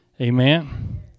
Amen